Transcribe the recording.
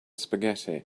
spaghetti